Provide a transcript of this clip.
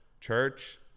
church